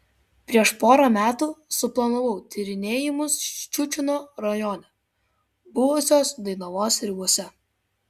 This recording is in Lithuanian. prieš porą metų suplanavau tyrinėjimus ščiučino rajone buvusios dainavos ribose